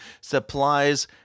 supplies